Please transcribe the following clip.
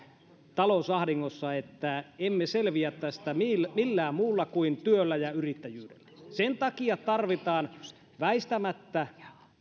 talousahdingossa että emme selviä tästä millään muulla kuin työllä ja yrittäjyydellä sen takia tarvitaan väistämättä